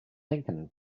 lincoln